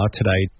today